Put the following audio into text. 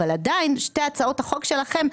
אבל עדיין שתי הצעות החוק שלכם,